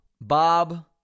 Bob